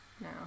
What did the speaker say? No